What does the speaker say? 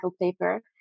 paper